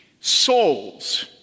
Souls